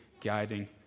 guiding